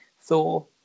Thor